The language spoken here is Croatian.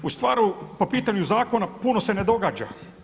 U stvari po pitanju zakona puno se ne događa.